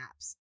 apps